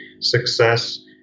success